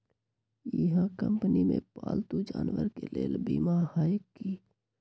इहा कंपनी में पालतू जानवर के लेल बीमा हए कि?